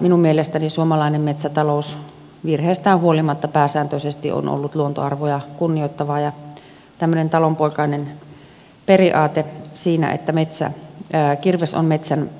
minun mielestäni suomalainen metsätalous virheistään huolimatta pääsääntöisesti on ollut luontoarvoja kunnioittavaa ja tämmöinen talonpoikainen periaate siinä että kirves on metsän